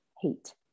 hate